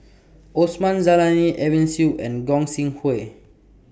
Osman Zailani Edwin Siew and Gog Sing Hooi